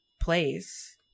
place